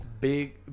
Big